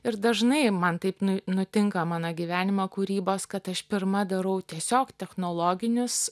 ir dažnai man taip nutinka mano gyvenimo kūrybos kad aš pirma darau tiesiog technologinius